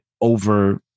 over